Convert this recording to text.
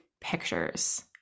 pictures